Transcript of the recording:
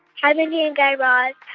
hi, mindy and guy raz.